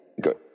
good